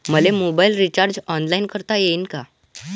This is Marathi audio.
मले मोबाईल रिचार्ज ऑनलाईन करता येईन का?